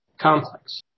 Complex